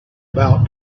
about